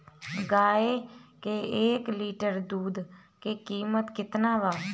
गाए के एक लीटर दूध के कीमत केतना बा?